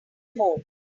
mode